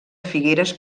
figueres